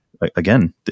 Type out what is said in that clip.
again